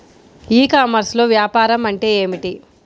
ఈ కామర్స్లో వ్యాపారం అంటే ఏమిటి?